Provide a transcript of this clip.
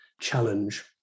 challenge